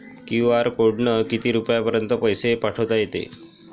QR कोडनं किती रुपयापर्यंत पैसे पाठोता येते?